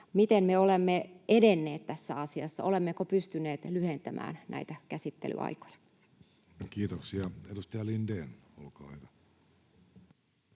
miten me olemme edenneet tässä asiassa, olemmeko pystyneet lyhentämään näitä käsittelyaikoja? Kiitoksia. — Edustaja Lindén, olkaa hyvä.